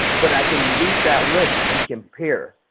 but i can read that list and compare.